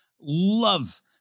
Love